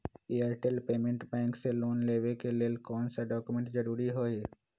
Airtel payments bank से loan लेवे के ले कौन कौन डॉक्यूमेंट जरुरी होइ?